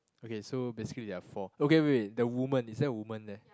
okay so basically there are four okay wait wait the woman is there a woman there